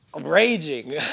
raging